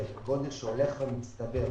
זה גודל שהולך ומצטבר.